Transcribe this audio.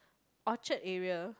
Orchard area